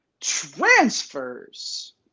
transfers